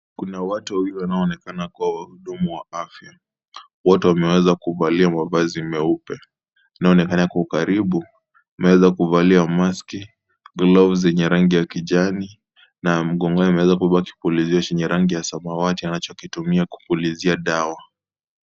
Kuna watu wawili wanaonekana kuwa wahudumu wa afya . Wote wameeza kuvalia mavazi meupe . Inaonekana kwa ukaribu ameweza kuvalia maski , glovu zenye rangi ya kijani na mgongoni ameweza kubeba kipulizio chenye rangi ya samawati anacho kitumia kupulizia dawa.